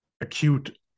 acute